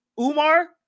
Umar